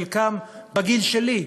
חלקם בגיל שלי,